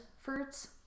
fruits